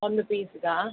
ಒಂದು ಪೀಸಿಗಾ